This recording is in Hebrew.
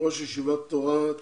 ראש ישיבת תורת משה,